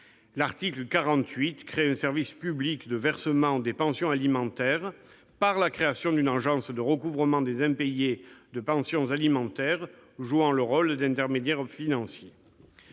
L'article 48 crée un service public de versement des pensions alimentaires une agence de recouvrement des impayés de pensions alimentaires jouant le rôle d'intermédiaire financier.